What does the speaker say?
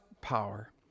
power